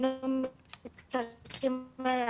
אנחנו מתנצלים,